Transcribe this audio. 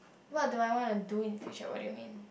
what do I want to do in the future what do you mean